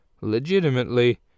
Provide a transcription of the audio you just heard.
legitimately